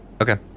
Okay